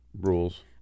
rules